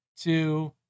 two